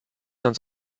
ans